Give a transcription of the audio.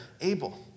Abel